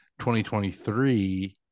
2023